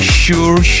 sure